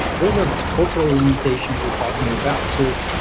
those are cultural limitations we're talking about. so,